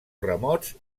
remots